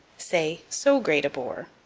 say, so great a bore.